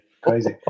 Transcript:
Crazy